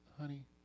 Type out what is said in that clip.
honey